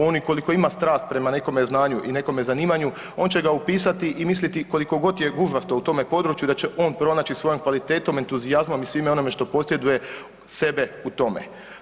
On i ukoliko ima strast prema nekome znanju i nekome zanimanju on će ga upisati i misliti koliko god je gužvasto u tome području da će on pronaći svojom kvalitetom, entuzijazmom i svime onome što posjeduje sebe u tome.